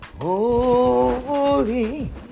holy